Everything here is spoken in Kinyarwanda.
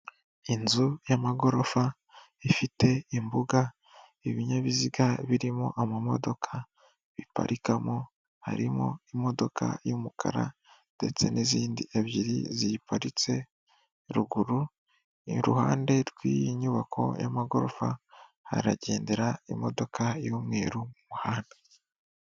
Inzu y'amagorofa ifite imbuga ibinyabiziga birimo amamodoka biparikamo harimo imodoka y'umukara ndetse n'izindi ebyiri ziyiparitse ruguru, iruhande rw'iyi nyubako y'amagorofa haragendera imodoka y'umweru mu muhanda.